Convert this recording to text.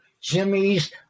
jimmy's